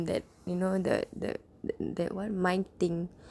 that you know that that that that one mic~ thing